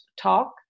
talk